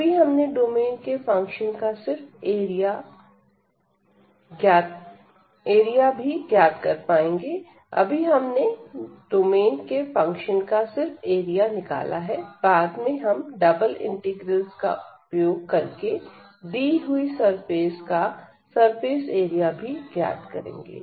अभी हमने डोमेन के फंक्शन का सिर्फ एरिया निकाला है बाद में हम डबल इंटीग्रल्स का उपयोग करके दी हुई सरफेस का सरफेस एरिया भी ज्ञात करेंगे